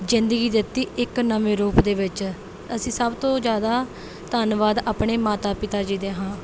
ਜ਼ਿੰਦਗੀ ਦਿੱਤੀ ਇਕ ਨਵੇਂ ਰੂਪ ਦੇ ਵਿੱਚ ਅਸੀਂ ਸਭ ਤੋਂ ਜ਼ਿਆਦਾ ਧੰਨਵਾਦੀ ਆਪਣੇ ਮਾਤਾ ਪਿਤਾ ਜੀ ਦੇ ਹਾਂ